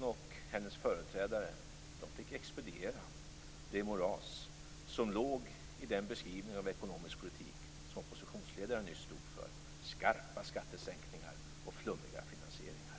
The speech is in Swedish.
och hennes företrädare fick expediera det moras som låg i den beskrivning av ekonomisk politik som oppositionsledaren nyss stod för: skarpa skattesänkningar och flummiga finansieringar.